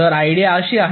तर आयडीया अशी आहे